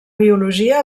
biologia